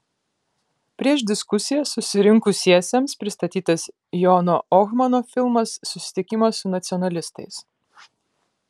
prieš diskusiją susirinkusiesiems pristatytas jono ohmano filmas susitikimas su nacionalistais